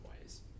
ways